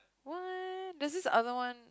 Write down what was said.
what there's this other one